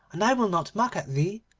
and i will not mock at thee